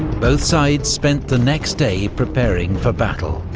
both sides spent the next day preparing for battle.